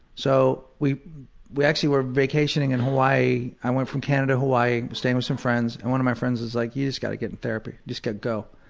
so we we actually were vacationing in hawaii. i went from canada to hawaii, staying with some friends, and one of my friends was like, you just gotta get in therapy. just get go,